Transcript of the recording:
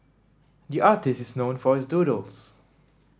the artist is known for his doodles